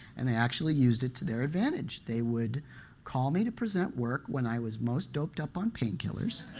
and they actually used it to their advantage. they would call me to present work when i was most doped up on painkillers,